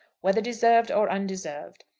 whether deserved or undeserved.